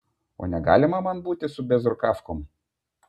o negalima man būti su bėzrukavkom